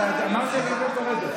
אני מבקש לרדת.